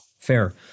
Fair